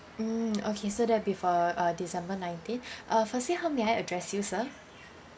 mm okay so that before uh december nineteen uh firstly how may I address you sir